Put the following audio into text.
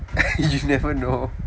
you never know